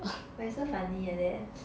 but it's so funny like that